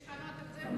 צריכים לעשות רפורמה?